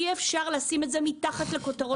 אי אפשר לשים את זה מתחת לכותרות אחרות.